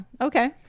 Okay